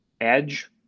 edge